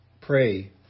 pray